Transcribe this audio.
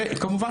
כמובן